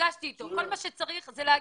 נפגשתי איתו וכל מה שצריך זה להגיד: